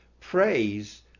praise